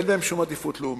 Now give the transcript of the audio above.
אין להם שום עדיפות לאומית,